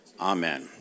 amen